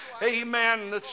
Amen